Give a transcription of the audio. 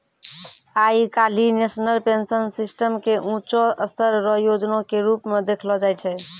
आइ काल्हि national pension system के ऊंचों स्तर रो योजना के रूप मे देखलो जाय छै